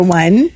one